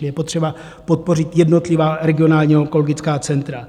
Je potřeba podpořit jednotlivá regionální onkologická centra.